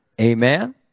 amen